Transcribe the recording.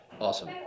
Awesome